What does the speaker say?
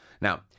Now